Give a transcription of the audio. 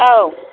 औ